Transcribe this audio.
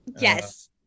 Yes